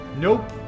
Nope